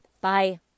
Bye